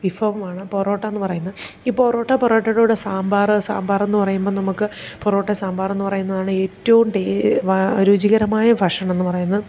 വിഭവമാണ് പൊറോട്ടയെന്നു പറയുന്ന് ഈ പൊറോട്ട പൊറോട്ടയുടെ കൂടെ സാമ്പാർ സാമ്പാറെന്നു പറയുമ്പോൾ നമുക്ക് പൊറോട്ട സാമ്പാറെന്നു പറയുന്നതാണേറ്റവും രുചികരമായ ഭക്ഷണം എന്നു പറയുന്നത്